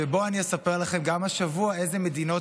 שבו אני אספר לכם גם השבוע איזה מדינות